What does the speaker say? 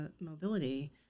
mobility